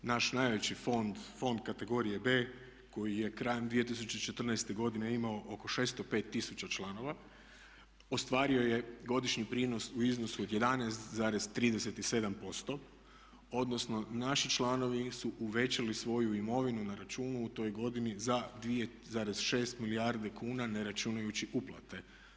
Naš najveći fond, fond kategorije B koji je krajem 2014.godine imao oko 605 tisuća članova ostvario je godišnji prinos u iznosu od 11,37% odnosno naši članovi su uvećali svoju imovinu na računu u toj godini za 2,6 milijardi kuna ne računajući uplate.